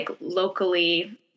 locally